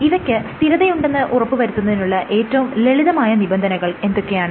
ഇവയ്ക്ക് സ്ഥിരതയുണ്ടെന്ന് ഉറപ്പുവരുത്തുന്നതിനുള്ള ഏറ്റവും ലളിതമായ നിബന്ധനകൾ എന്തൊക്കെയാണ്